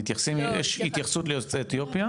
יש התייחסות ליוצאי אתיופיה,